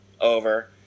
over